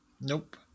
Nope